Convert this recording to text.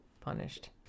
punished